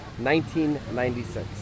1996